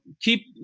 keep